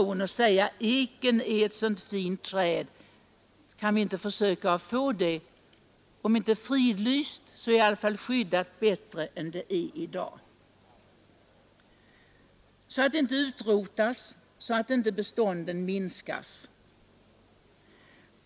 Kan vi inte säga: Eken är ett mycket fint träd, kan vi inte få det om inte fridlyst så ändå skyddat bättre än det är i dag, så att det inte utrotas och så att inte bestånden minskas?